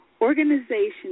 Organization